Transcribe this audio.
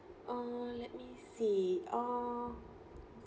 uh let me see uh